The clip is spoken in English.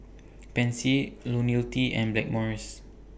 Pansy Ionil T and Blackmores